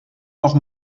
noch